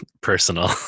personal